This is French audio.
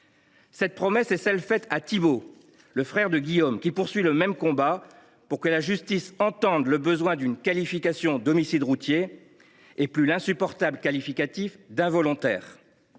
Cette promesse est celle que j’ai faite à Thibaut, le frère de Guillaume, qui poursuit ce combat pour que la justice entende le besoin d’une qualification d’homicide routier débarrassée de l’insupportable adjectif « involontaire